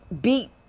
beat